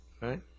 right